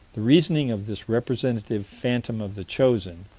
the reasoning of this representative phantom of the chosen,